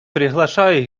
приглашаю